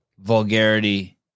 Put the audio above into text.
vulgarity